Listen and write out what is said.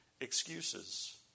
excuses